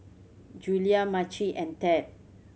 Julia Maci and Ted